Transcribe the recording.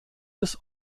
des